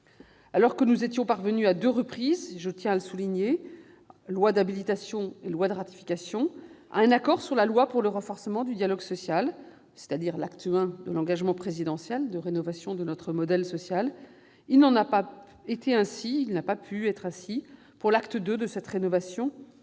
Alors que nous étions parvenus, à deux reprises- loi d'habilitation et loi de ratification -, à un accord sur la loi pour le renforcement du dialogue social, c'est-à-dire l'acte I de l'engagement présidentiel de rénovation de notre modèle social, il n'a pas pu en être ainsi pour l'acte II de cette rénovation,